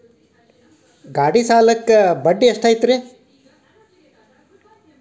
ಗಾಡಿ ಸಾಲಕ್ಕ ಬಡ್ಡಿ ಎಷ್ಟೈತ್ರಿ?